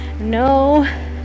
No